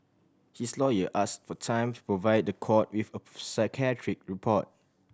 his lawyer asked for time to provide the court with a psychiatric report